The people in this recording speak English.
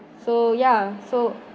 so ya so